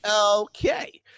Okay